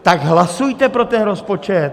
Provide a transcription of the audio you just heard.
Tak hlasujte pro ten rozpočet!